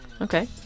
Okay